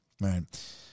right